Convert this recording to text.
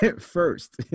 first